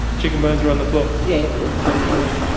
chicken bones were on the floor? yeah. so it's on the floor.